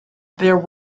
there